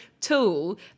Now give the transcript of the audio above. tool